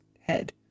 head